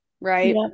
right